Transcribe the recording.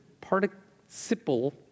participle